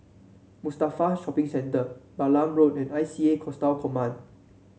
Mustafa Shopping Centre Balam Road and I C A Coastal Command